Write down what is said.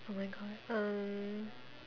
oh my god um